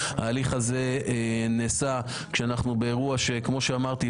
ההליך הזה נעשה כשאנחנו באירוע שכמו שאמרתי,